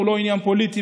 הוא לא עניין פוליטי,